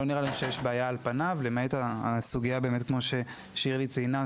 על פניו לא נראה לנו שיש בעיה למעט הסוגייה כמו ששירלי ציינה,